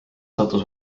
sattus